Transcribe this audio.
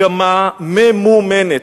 במגמה ממומנת.